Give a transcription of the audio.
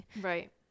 Right